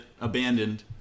abandoned